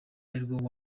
arirwo